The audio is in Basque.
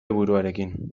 buruarekin